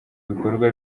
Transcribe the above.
bikorwa